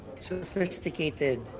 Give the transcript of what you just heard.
sophisticated